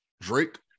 Drake